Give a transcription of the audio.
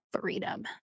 freedom